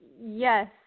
Yes